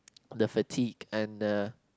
the fatigue and the